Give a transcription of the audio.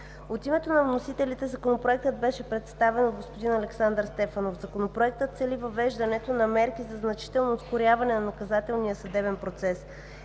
От името на вносителите Законопроектът беше представен от г-н Александър Стефанов. Законопроектът цели въвеждането на мерки за значително ускоряване на наказателния съдебен процес,